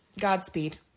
godspeed